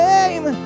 Name